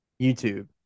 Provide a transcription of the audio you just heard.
YouTube